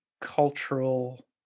cultural